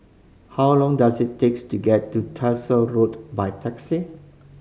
how long does it takes to get to Tyersall Road by taxi